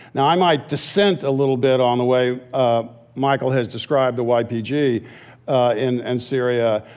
now, i might dissent a little bit on the way ah michael has described the ypg ah in and syria,